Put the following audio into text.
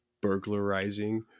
burglarizing